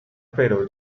feroz